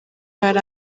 yari